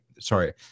Sorry